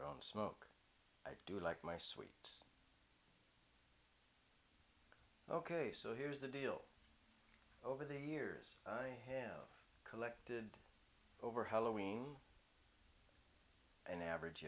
don't smoke i do like my sweet ok so here's the deal over the years i have collected over helloween an average